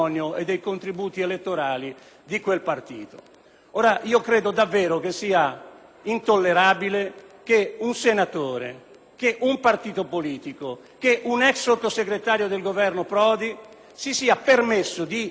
Credo sia davvero intollerabile che un senatore, un partito politico, un ex Sottosegretario del Governo Prodi si siano permessi di dichiarare delirante e paranoico